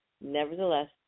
Nevertheless